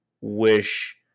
wish